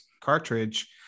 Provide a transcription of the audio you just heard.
cartridge